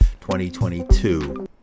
2022